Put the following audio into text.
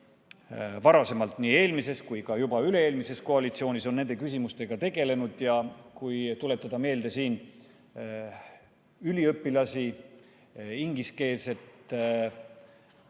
Erakond on nii eelmises kui ka juba üle-eelmises koalitsioonis nende küsimustega tegelenud. Kui tuletada meelde üliõpilasi, ingliskeelset kõrgharidust,